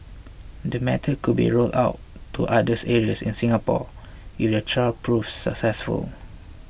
the method could be rolled out to others areas in Singapore if the trial proves successful